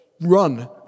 run